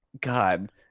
god